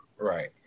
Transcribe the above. Right